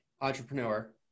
entrepreneur